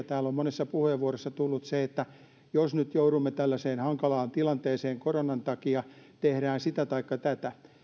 täällä on monessa puheenvuorossa tullut niin jos nyt joudumme tällaiseen hankalaan tilanteeseen koronan takia tehdään sitä taikka tätä niin